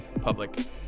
Public